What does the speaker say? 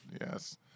yes